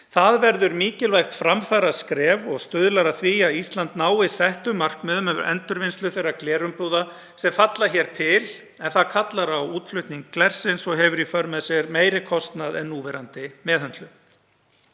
Það verður mikilvægt framfaraskref og stuðlar að því að Ísland nái settum markmiðum um endurvinnslu þeirra glerumbúða sem falla hér til en það kallar á útflutning glersins og hefur í för með sér meiri kostnað en núverandi meðhöndlun.